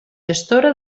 gestora